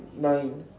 nine